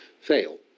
fail